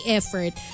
effort